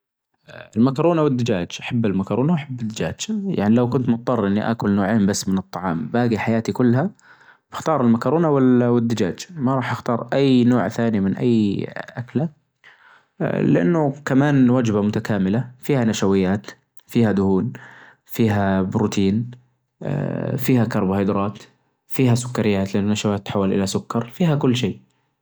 والله أحب الخيل، لأنه رمز العز والفخر، ودايم يعكس قوة صاحبه وكرمه. غير كذا، الخيل وفيّة، وتفهمك وتحس بك، وركوبها يريح البال ويعطي شعور بالحرية.